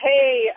Hey